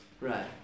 Right